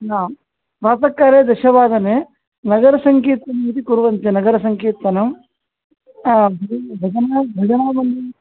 ह प्रातःकाले दशवादने नगरसङ्कीर्तनम् इति कुर्वन्ति नगरसङ्कीर्तनं जना भजनावलिः